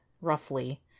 roughly